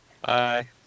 bye